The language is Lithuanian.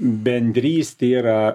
bendrystė yra